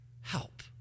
help